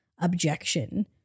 objection